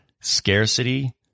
scarcity